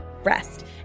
rest